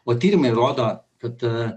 o tyrimai rodo kad